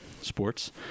sports